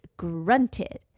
grunted